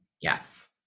Yes